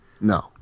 no